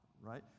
Right